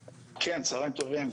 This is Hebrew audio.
כן, צהריים טובים.